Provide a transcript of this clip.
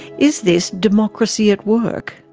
is this democracy at work?